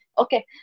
Okay